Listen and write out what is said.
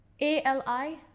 A-L-I